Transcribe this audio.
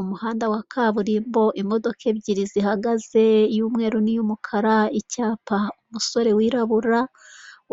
Umuhanda wa kaburimbo imodoka ebyiri zihagaze iy'umweru n'iy'umukara icyapa, umusore wirabura